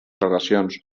relacions